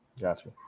Gotcha